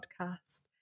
podcast